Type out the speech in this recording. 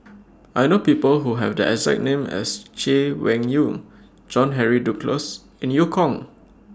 I know People Who Have The exact name as Chay Weng Yew John Henry Duclos and EU Kong